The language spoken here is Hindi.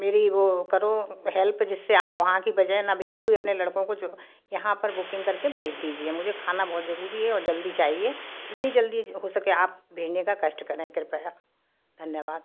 मेरी वह करो हेल्प जिससे आप वहाँ कि बजाय न भेज दू अपने लड़कों को जो यहाँ पर बुकिंग करके भेज दीजिए मुझे खाना बहुत ज़रूरी है और जल्दी चाहिए जितनी जल्दी हो सके आप भेजने का कष्ट करें कृपया धन्यवाद